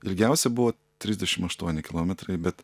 ilgiausia buvo trisdešim aštuoni kilometrai bet